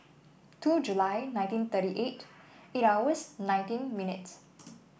two July nineteen thirty eight eight hours nineteen minutes